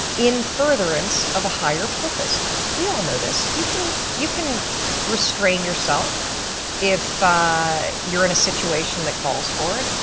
in furtherance of a higher purpose we all know this, you can you can restrain yourself if you are in a situation that calls for it.